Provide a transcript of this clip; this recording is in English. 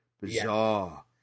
bizarre